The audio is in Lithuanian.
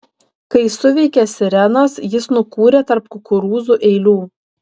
kai suveikė sirenos jis nukūrė tarp kukurūzų eilių